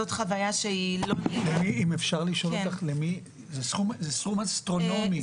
זה סכום אסטרונומי.